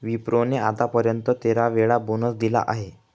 विप्रो ने आत्तापर्यंत तेरा वेळा बोनस दिला आहे